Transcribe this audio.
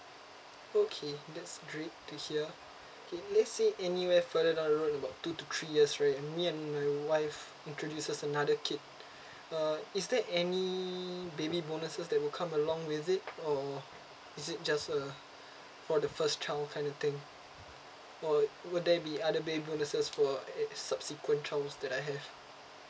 okay that's great to hear K let's say anywhere further down the road about two to three years right and me and my wife introduces another kid uh is there any baby bonuses that will come along with it or is it just a for the first child kind of thing or would there be other baby bonuses for uh subsequent child that I have